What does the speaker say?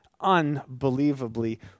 Unbelievably